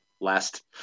Last